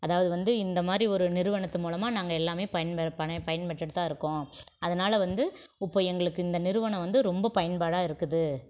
அதாவது வந்து இந்த மாதிரி ஒரு நிறுவனத்து மூலமாக நாங்கள் எல்லாமே பயன்ப பன பயன்பெற்றுட்டுதான் இருக்கோம் அதனால் வந்து இப்போ எங்களுக்கு இந்த நிறுவனம் வந்து ரொம்ப பயன்பாடா இருக்குது